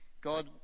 god